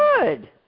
good